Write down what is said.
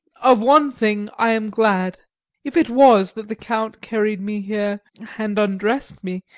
of one thing i am glad if it was that the count carried me here and undressed me,